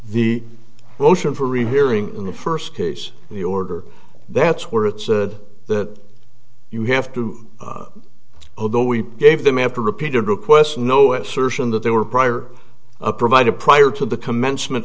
the motion for rehearing in the first case the order that's where it said that you have to go we gave them after repeated requests no assertion that they were prior a provider prior to the commencement